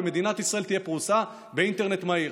ובמדינת ישראל תהיה פריסה של אינטרנט מהיר.